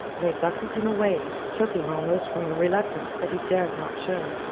they bustled him away, choking almost from a reluctance that he dared not show.